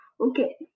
Okay